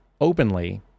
openly